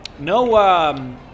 No